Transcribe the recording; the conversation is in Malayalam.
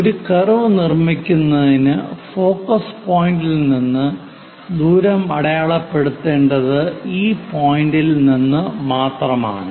ഒരു കർവ് നിർമ്മിക്കുന്നതിന് ഫോക്കസ് പോയിന്റിൽ നിന്ന് ദൂരം അടയാളപ്പെടുത്തേണ്ടത് ഈ പോയിന്റിൽ നിന്ന് മാത്രമാണ്